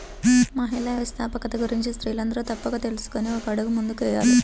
మహిళా వ్యవస్థాపకత గురించి స్త్రీలందరూ తప్పక తెలుసుకొని ఒక అడుగు ముందుకు వేయాలి